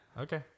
Okay